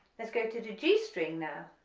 let's go to the g string now,